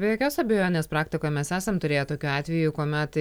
be jokios abejonės praktikoj mes esam turėję tokių atvejų kuomet